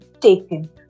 taken